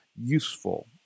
useful